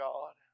God